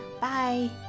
Bye